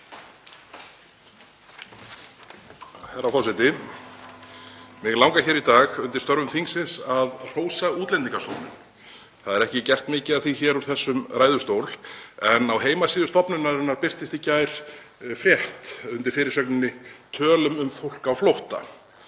Herra forseti. Mig langar í dag undir störfum þingsins að hrósa Útlendingastofnun. Það er ekki gert mikið af því hér úr þessum ræðustól. Á heimasíðu stofnunarinnar birtist í gær frétt undir fyrirsögninni Tölum um fólk á flótta.